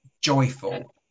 joyful